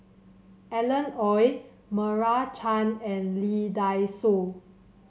Alan Oei Meira Chand and Lee Dai Soh